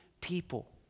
people